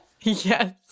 yes